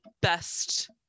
best